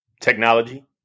Technology